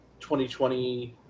2020